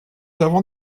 avons